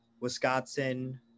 Wisconsin